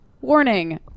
warning